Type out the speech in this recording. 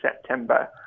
September